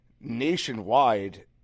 nationwide